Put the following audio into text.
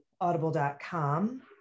audible.com